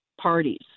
parties